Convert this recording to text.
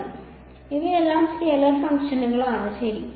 അതിനാൽ ഇവയെല്ലാം സ്കെയിലർ ഫംഗ്ഷനുകളാണ് ശരി